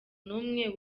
numwe